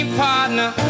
partner